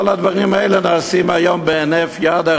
הרי כל הדברים האלה נעשים היום בהינף יד,